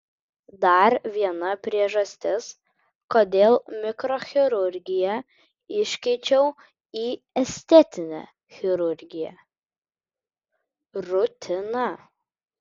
dar viena priežastis kodėl mikrochirurgiją iškeičiau į estetinę chirurgiją rutina